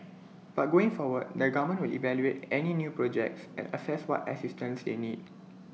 but going forward the government will evaluate any new projects and assess what assistance they need